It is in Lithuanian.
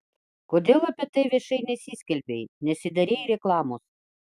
kodėl apie tai viešai nesiskelbei nesidarei reklamos